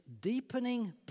deepening